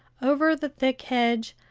over the thick hedge,